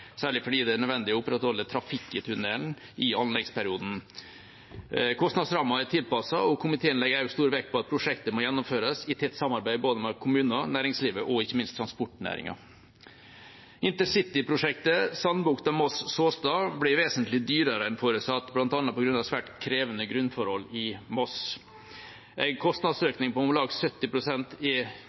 særlig fordi det er nødvendig å opprettholde trafikk i tunnelen i anleggsperioden. Kostnadsrammen er tilpasset, og komiteen legger også stor vekt på at prosjektet må gjennomføres i tett samarbeid med både kommunene, næringslivet og ikke minst transportnæringen. Intercityprosjektet Sandbukta–Moss–Såstad blir vesentlig dyrere enn forutsatt, bl.a. på grunn av svært krevende grunnforhold i Moss. En kostnadsøkning på om lag